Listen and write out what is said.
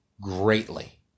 greatly